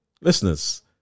Listeners